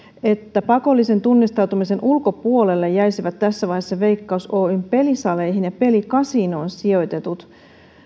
että pakollisen tunnistautumisen ulkopuolelle jäisivät tässä vaiheessa veikkaus oyn pelisaleihin ja pelikasinoon sijoitetut